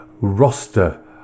roster